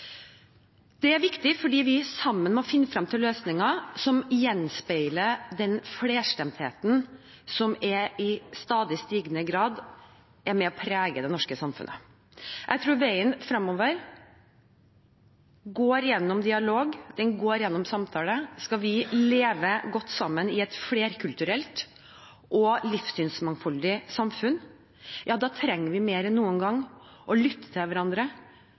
Det er viktig fordi vi sammen må finne frem til løsninger som gjenspeiler den flerstemtheten som i stadig stigende grad er med på å prege det norske samfunnet. Jeg tror veien fremover går gjennom dialog og samtale. Skal vi leve godt sammen i et flerkulturelt og livssynsmangfoldig samfunn, trenger vi mer enn noen gang å lytte til hverandre